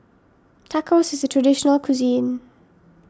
Tacos is a traditional cuisine